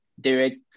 direct